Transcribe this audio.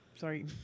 Sorry